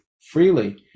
freely